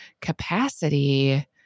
capacity